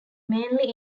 mainly